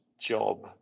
job